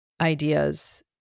ideas